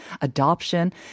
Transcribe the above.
adoption